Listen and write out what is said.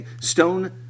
Stone